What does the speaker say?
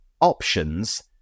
options